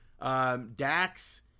Dax